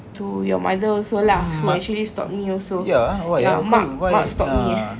to your mother also lah from actually stopped me also mak mak stopped me